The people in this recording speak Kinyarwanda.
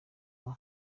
bwo